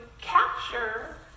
capture